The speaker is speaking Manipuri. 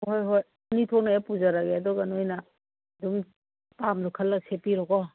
ꯍꯣꯏ ꯍꯣꯏ ꯑꯅꯤ ꯊꯣꯛꯅ ꯍꯦꯛ ꯄꯨꯖꯔꯛꯑꯒꯦ ꯑꯗꯨꯒ ꯅꯣꯏꯅ ꯑꯗꯨꯝ ꯑꯄꯥꯝꯕꯗꯨ ꯈꯜꯂ ꯁꯦꯠꯄꯤꯔꯣꯀꯣ